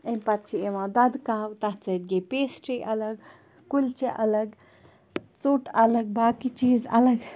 امہِ پَتہٕ چھِ یِوان دۄد کاہوٕ تَتھ سۭتۍ گٔے پیشٹری الگ کُلچہِ الگ ژوٚٹ الگ باقٕے چیٖز الگ